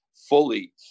fully